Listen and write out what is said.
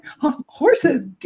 Horses